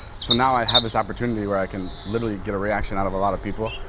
so, now i have this opportunity where i can, literally, get a reaction out of a lot of people.